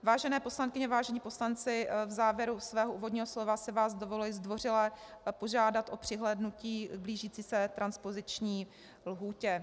Vážené poslankyně, vážení poslanci, v závěru svého úvodního slova si vás dovoluji zdvořile požádat o přihlédnutí k blížící se transpoziční lhůtě.